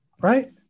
right